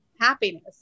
happiness